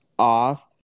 off